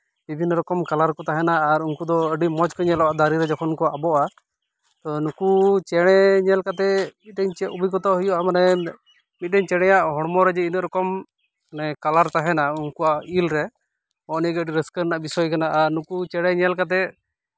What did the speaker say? ᱵᱤᱵᱷᱤᱱᱱᱚ ᱨᱚᱠᱚᱢ ᱠᱟᱞᱟᱨ ᱠᱚ ᱛᱟᱦᱮᱱᱟ ᱟᱨ ᱩᱱᱠᱩ ᱫᱚ ᱟᱹᱰᱤ ᱢᱚᱡᱽ ᱠᱚ ᱧᱮᱞᱚᱜᱼᱟ ᱫᱟᱨᱮ ᱨᱮ ᱡᱚᱠᱷᱚᱱ ᱠᱚ ᱧᱮᱞᱚᱜᱼᱟ ᱫᱟᱨᱮ ᱨᱮ ᱡᱚᱠᱷᱚᱱ ᱠᱚ ᱟᱵᱚᱜᱼᱟ ᱱᱩᱠᱩ ᱪᱮᱬᱮ ᱧᱮᱞ ᱠᱟᱛᱮᱫ ᱢᱤᱫᱴᱤᱱ ᱪᱮᱫ ᱚᱵᱷᱤᱜᱽᱜᱚᱛᱟ ᱦᱩᱭᱩᱜᱼᱟ ᱢᱟᱱᱮ ᱢᱤᱫᱴᱮᱱ ᱪᱮᱬᱮᱭᱟᱜ ᱦᱚᱲᱢᱚ ᱨᱮ ᱡᱮ ᱛᱤᱱᱟᱹᱜ ᱨᱚᱠᱚᱢ ᱠᱟᱞᱟᱨ ᱛᱟᱦᱮᱱᱟ ᱩᱱᱠᱩᱣᱟᱜ ᱤᱞ ᱨᱮ ᱱᱚᱜᱼᱚ ᱱᱤᱭᱟᱹᱜᱮ ᱟᱹᱰᱤ ᱨᱟᱹᱥᱠᱟᱹ ᱨᱮᱱᱟᱜ ᱵᱤᱥᱚᱭ ᱠᱟᱱᱟ ᱟᱨ ᱱᱩᱠᱩ ᱪᱮᱬᱮ ᱧᱮᱞ ᱠᱟᱛᱮᱜ